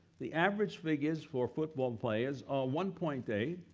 the average figures for football players are one point eight,